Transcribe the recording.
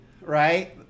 right